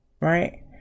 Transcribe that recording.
right